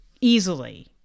easily